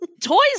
toys